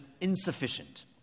insufficient